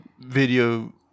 video